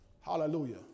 Hallelujah